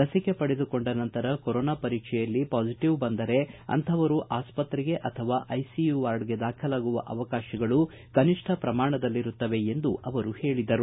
ಲಸಿಕೆ ಪಡೆದುಕೊಂಡ ನಂತರ ಕೊರೋನಾ ಪರೀಕ್ಷೆಯಲ್ಲಿ ಪಾಸಿಟಿವ್ ಕಂಡುಬಂದರೆ ಅಂತಹವರು ಆಸ್ಪತ್ರೆಗೆ ಅಥವಾ ಐಸಿಯು ವಾರ್ಡ್ಗೆ ದಾಖಲಾಗುವ ಅವಕಾಶಗಳು ಕನಿಷ್ಠ ಪ್ರಮಾಣದಲ್ಲಿರುತ್ತವೆ ಎಂದು ಹೇಳಿದರು